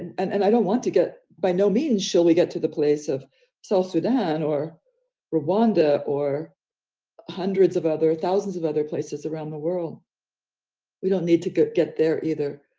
and and i don't want to get by no means shall we get to the place of south sudan or rwanda, or hundreds of other thousands of other places around the world. and we don't need to get get there either.